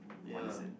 on the sand